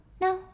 No